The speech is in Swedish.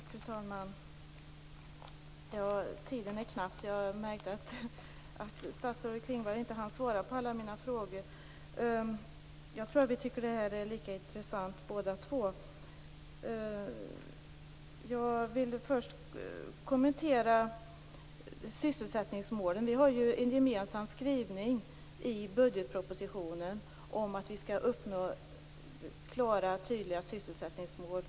Fru talman! Tiden är knapp. Jag märkte att statsrådet Klingvall inte hann svara på alla mina frågor. Jag tror att vi tycker att detta är lika intressant båda två. Jag vill först kommentera sysselsättningsmålen. Vi har en gemensam skrivning i budgetpropositionen om att vi skall uppnå klara och tydliga sysselsättningsmål.